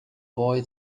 boy